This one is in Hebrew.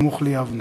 סמוך ליבנה.